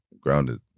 grounded